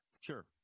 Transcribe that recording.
sure